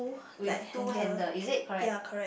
with two handle is it correct